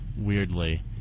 weirdly